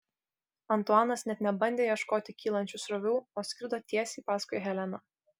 antuanas net nebandė ieškoti kylančių srovių o skrido tiesiai paskui heleną